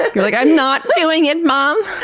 like you're like, i'm not doing it, mom!